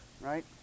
right